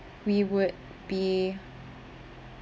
we would be